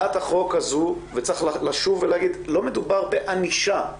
צריך לשוב ולהגיד שלא מדובר בענישה.